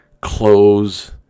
clothes